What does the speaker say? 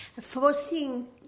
Forcing